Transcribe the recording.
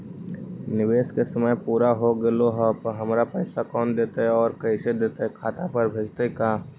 निवेश के समय पुरा हो गेला पर हमर पैसबा कोन देतै और कैसे देतै खाता पर भेजतै का?